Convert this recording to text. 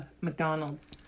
McDonald's